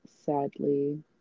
sadly